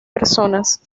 personas